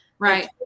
Right